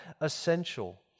essential